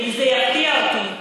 זה יפתיע אותי.